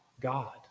God